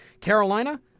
Carolina